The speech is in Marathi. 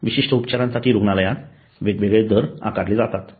विशिष्ट उपचारांसाठी रुग्णालयात वेगवेगळे दर आकारले जातात